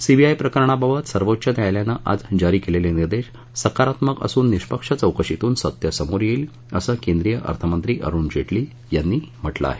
CBI प्रकरणाबाबत सर्वोच्च न्यायालयानं आज जारी केलेले निर्देश सकारात्मक असून निष्पक्ष चौकशीतून सत्य समोर येईल असं केंद्रीय अर्थमंत्री अरुण जेटली यांनी म्हटलं आहे